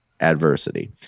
adversity